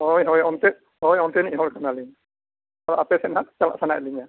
ᱦᱳᱭ ᱦᱳᱭ ᱚᱱᱛᱮ ᱦᱳᱭ ᱚᱱᱛᱮ ᱱᱤᱧ ᱦᱚᱲ ᱠᱟᱱᱟ ᱞᱤᱧ ᱛᱚᱱ ᱟᱯᱮ ᱥᱮᱫ ᱱᱟᱦᱟᱜ ᱪᱟᱞᱟᱜ ᱥᱟᱱᱟᱭᱮᱫ ᱞᱤᱧᱟᱹ